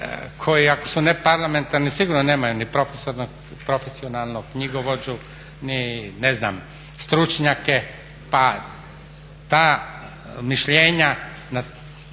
koji ako su neparlamentarni sigurno nemaju ni profesionalnog knjigovođu ni ne znam stručnjake pa ta mišljenja